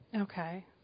Okay